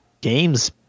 games